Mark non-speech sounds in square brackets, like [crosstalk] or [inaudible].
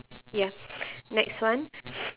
ya [breath] next one [breath]